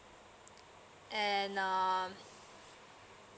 and um